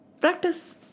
Practice